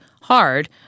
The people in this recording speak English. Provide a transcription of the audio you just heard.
hard